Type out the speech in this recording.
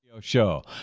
...show